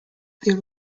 there